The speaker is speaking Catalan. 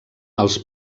els